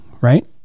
right